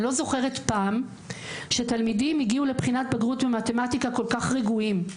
אני לא זוכרת פעם שתלמידים הגיעו לבחינת בגרות במתמטיקה כל כך רגועים.